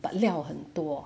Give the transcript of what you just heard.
but 料很多